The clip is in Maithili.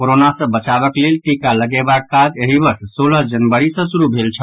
कोरोना सॅ बचावक लेल टीका लगेबाक काज एहि वर्ष सोलह जनवरी सॅ शुरू भेल छल